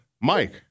Mike